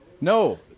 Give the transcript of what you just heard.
No